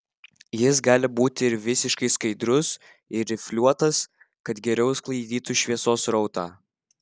jis gali būti ir visiškai skaidrus ir rifliuotas kad geriau sklaidytų šviesos srautą